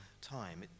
time